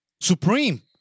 Supreme